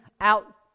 out